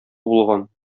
булган